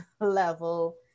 level